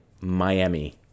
Miami